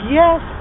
yes